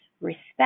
respect